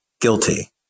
guilty